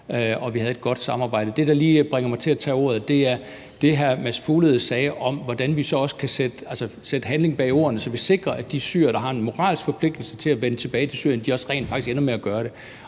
at vi havde et godt samarbejde. Det, der lige bringer mig til at tage ordet, er det, hr. Mads Fuglede sagde, om, hvordan vi så også kan sætte handling bag ordene, så vi sikrer, at de syrere, der har en moralsk forpligtelse til at vende tilbage til Syrien, også rent faktisk ender med at gøre det.